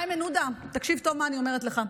איימן עודה, תקשיב טוב מה שאני אומרת לך.